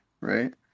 right